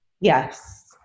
Yes